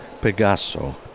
Pegaso